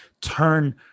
turn